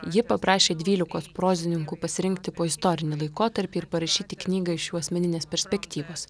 ji paprašė dvylikos prozininkų pasirinkti po istorinį laikotarpį ir parašyti knygą iš jų asmeninės perspektyvos